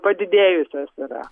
padidėjusios yra